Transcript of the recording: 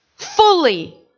Fully